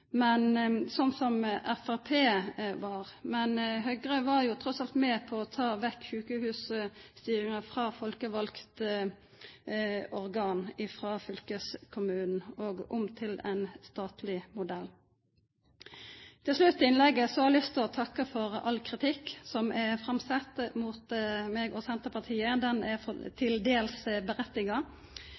Men Høgre var tross alt med på ta sjukehusstyringa vekk frå folkevalde organ – frå fylkeskommunen over til ein statleg modell. Til slutt i innlegget mitt har eg lyst til å takka for all kritikk som er sett fram mot meg og Senterpartiet. Det er til dels berettiga.